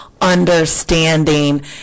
understanding